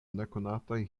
nekonataj